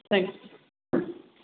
thank you